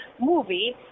movie